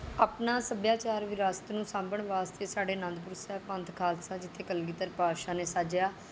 ਆਪਣਾ ਸੱਭਿਆਚਾਰ ਵਿਰਾਸਤ ਨੂੰ ਸਾਂਭਣ ਵਾਸਤੇ ਸਾਡੇ ਅਨੰਦਪੁਰ ਸਾਹਿਬ ਪੰਥ ਖਾਲਸਾ ਜਿੱਥੇ ਕਲਗੀਧਰ ਪਾਤਸ਼ਾਹ ਨੇ ਸਾਜਿਆ